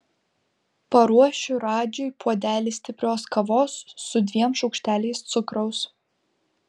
paruošiu radžiui puodelį stiprios kavos su dviem šaukšteliais cukraus